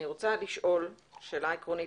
אני רוצה לשאול שאלה עקרונית.